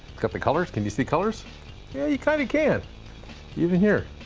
cut the colors. can you see colors yeah you kind of can even here.